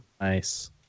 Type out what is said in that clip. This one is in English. nice